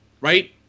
right